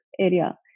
area